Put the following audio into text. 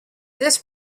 this